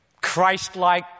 Christ-like